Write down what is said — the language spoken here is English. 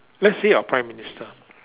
let's say our prime minister